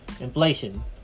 Inflation